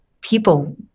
people